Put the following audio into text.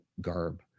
garb